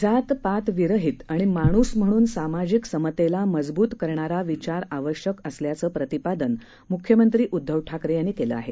जातपात विरहीत आणि माणूस म्हणून सामाजिक समतेला मजबूत करणारा विचार आवश्यक असल्याचं प्रतिपादन मुख्यमंत्री उद्दव ठाकरे यांनी केलं आहे